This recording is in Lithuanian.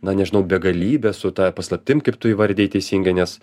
na nežinau begalybe su ta paslaptim kaip tu įvardijai teisingai nes